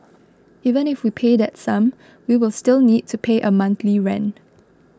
even if we pay that sum we will still need to pay a monthly rent